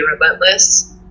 relentless